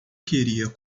queria